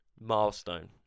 milestone